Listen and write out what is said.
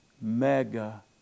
mega